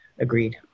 agreed